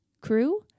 crew